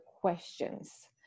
questions